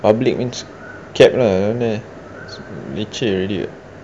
public means cab lah leceh already [what]